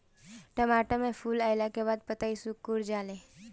टमाटर में फूल अईला के बाद पतईया सुकुर जाले?